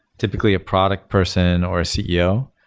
typically, a product person or a ceo,